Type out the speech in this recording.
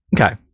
Okay